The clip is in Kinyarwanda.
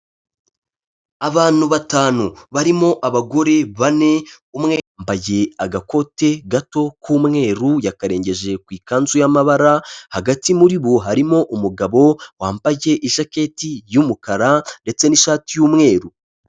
Abantu batanu barimo abagore bane, umwe yambaye agakote gato k'umweru, yakarengeje ku ikanzu y'amabara, hagati muri bo harimo umugabo wambaye ijaketi y'umukara ndetse n'ishati y'umweru.